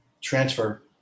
transfer